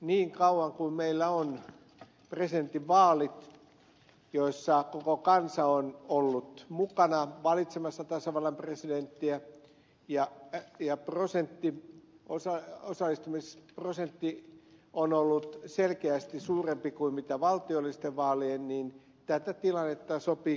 niin kauan kuin meillä presidentinvaalit joissa koko kansa on ollut mukana valitsemassa tasavallan presidenttiä ja osallistumisprosentti on ollut selkeästi suurempi kuin valtiollisten vaalien niin tätä tilannetta sopii kunnioittaa